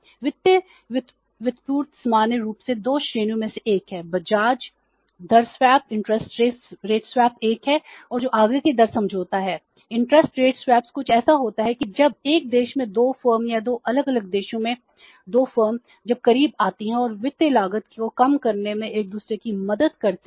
वित्तीय व्युत्पत्ति सामान्य रूप से 2 श्रेणियों में से एक है ब्याज दर स्वैप कुछ ऐसा होता है कि जब 1 देश में 2 फर्म या 2 अलग अलग देशों में 2 फर्में जब करीब आती हैं और वित्तीय लागत को कम करने में एक दूसरे की मदद करती हैं